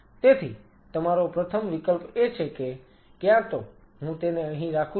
તેથી તમારો પ્રથમ વિકલ્પ એ છે કે ક્યાં તો હું તેને અહીં રાખું છું